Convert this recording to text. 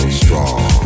strong